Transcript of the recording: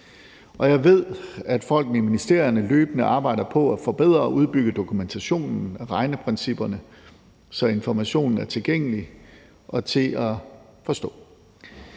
Jeg ved, at folk i ministerierne løbende arbejder på at forbedre og udbygge dokumentationen for regneprincipperne, så informationen er tilgængelig og til at forstå.